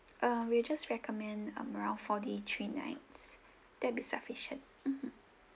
ah we will just recommend um around four days three nights that will be sufficient mmhmm